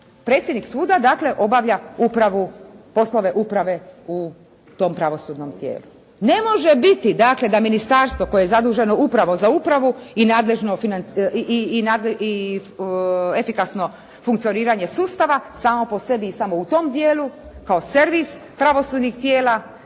Predsjednik suda dakle obavlja upravu, poslove uprave u tom pravosudnom tijelu. Ne može biti dakle da ministarstvo koje je zaduženo upravo za upravu i efikasno funkcioniranje sustava samo po sebi i samo u tom dijelu kao servis pravosudnih tijela